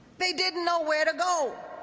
they didn't know where to go.